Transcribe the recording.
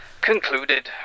Concluded